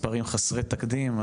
מספרים חסרי תקדים,